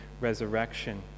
resurrection